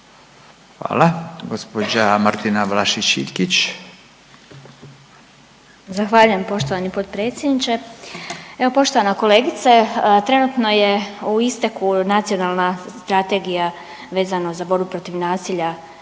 **Vlašić Iljkić, Martina (SDP)** Zahvaljujem poštovani potpredsjedniče. Evo poštovana kolegice, trenutno je u isteku Nacionalna strategija vezano za borbu protiv nasilja